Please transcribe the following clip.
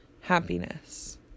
happiness